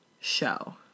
show